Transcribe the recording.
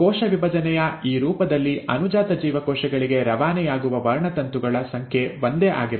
ಕೋಶ ವಿಭಜನೆಯ ಈ ರೂಪದಲ್ಲಿ ಅನುಜಾತ ಜೀವಕೋಶಗಳಿಗೆ ರವಾನೆಯಾಗುವ ವರ್ಣತಂತುಗಳ ಸಂಖ್ಯೆ ಒಂದೇ ಆಗಿರುತ್ತದೆ